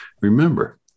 Remember